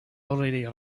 already